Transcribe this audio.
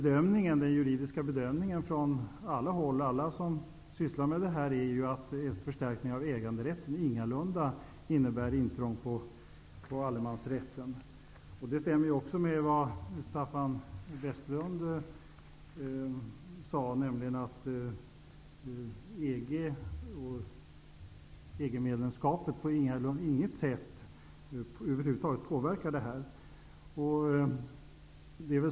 Den juridiska bedömningen från alla dem som sysslar med detta är att förstärkning av äganderätten ingalunda innebär intrång på allemansrätten. Det stämmer även överens med det som Staffan Westerlund sade, nämligen att EG-medlemskapet på inget sätt påverkar allemansrätten.